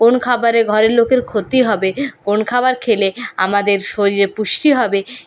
কোন খাবারে ঘরের লোকের ক্ষতি হবে কোন খাবার খেলে আমাদের শরীরে পুষ্টি হবে